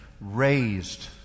raised